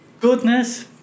goodness